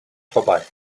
vorbei